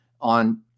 on